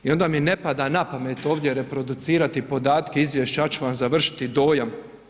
I onda mi ne treba na pamet ovdje reproducirati podatke izvješća, ja ću vam završiti dojam.